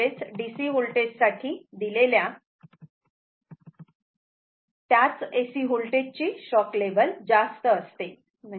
म्हणजेच DC voltage साठी दिलेल्या त्याच AC व्होल्टेज ची शॉक लेव्हल जास्त असते